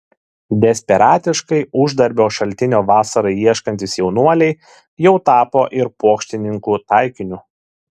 desperatiškai uždarbio šaltinio vasarai ieškantys jaunuoliai jau tapo ir pokštininkų taikiniu